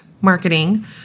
marketing